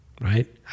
right